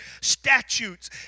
statutes